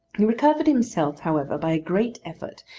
he recovered himself however by a great effort,